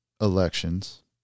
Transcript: elections